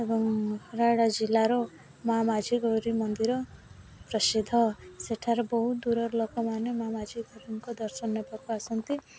ଏବଂ ରାୟଗଡ଼ା ଜିଲ୍ଲାର ମାଁ ମାଝି ଗୌରୀ ମନ୍ଦିର ପ୍ରସିଦ୍ଧ ସେଠାରେ ବହୁତ ଦୂରର ଲୋକମାନେ ମାଁ ମାଝି ଗୌରୀଙ୍କ ଦର୍ଶନ ନବାକୁ ଆସନ୍ତି